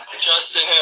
Justin